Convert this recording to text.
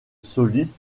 soliste